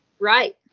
Right